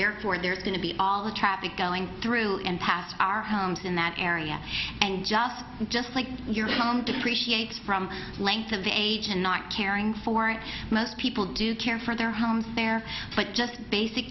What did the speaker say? therefore there's going to be all the traffic going through and past our homes in that area and just just like your mom depreciates from length of the age and not caring for it most people do care for their homes there but just basic